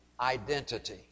identity